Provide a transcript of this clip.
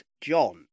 John